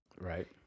right